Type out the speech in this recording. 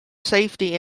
safety